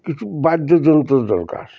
কিছু বাদ্যযন্ত্র দরকার